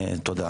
תודה.